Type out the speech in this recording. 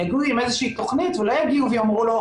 הם יגיעו עם איזושהי תוכנית ולא יגיעו ויאמרו לו,